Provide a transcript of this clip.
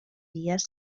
días